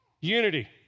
Unity